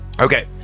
Okay